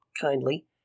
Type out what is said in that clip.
kindly